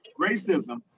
Racism